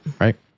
right